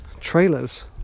trailers